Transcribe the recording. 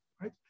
right